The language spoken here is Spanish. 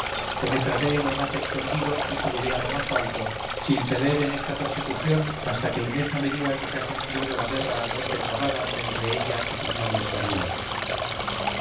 penetraré en lo más escondido y subiré a lo más alto sin ceder en esta persecución hasta que inés no me diga que se ha concluido la guerra a muerte trabada entre ella y sus nobles parientes